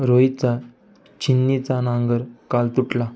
रोहितचा छिन्नीचा नांगर काल तुटला